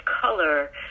color